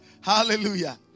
hallelujah